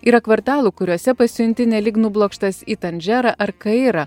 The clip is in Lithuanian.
yra kvartalų kuriuose pasijunti nelyg nublokštas į tandžerą ar kairą